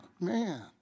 man